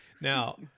now